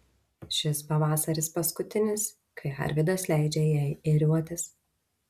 šis pavasaris paskutinis kai arvydas leidžia jai ėriuotis